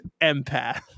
empath